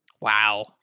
Wow